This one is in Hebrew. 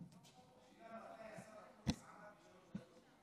השאלה מתי השר אקוניס עמד בשלוש דקות.